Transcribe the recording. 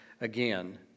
again